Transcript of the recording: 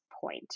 point